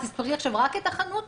תספרי עכשיו רק את החנות?